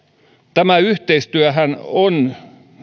tämä yhteistyöhän on